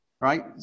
Right